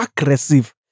aggressive